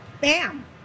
bam